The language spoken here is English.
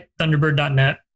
thunderbird.net